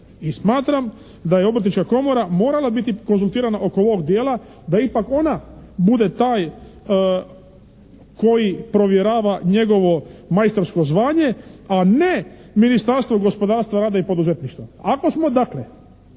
smatram da je Obrtnička komora morala biti konzultirana oko ovog dijela da ipak ona bude taj koji provjerava njegovo majstorsko zvanje, a ne Ministarstvo gospodarstva, rada i poduzetništva. Ako smo dakle